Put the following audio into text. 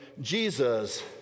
Jesus